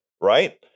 right